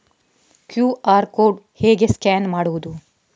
QR code ಹೇಗೆ scan ಮಾಡುವುದು?